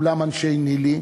כולם אנשי ניל"י